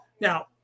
Now